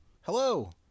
Hello